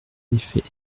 effet